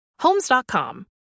Homes.com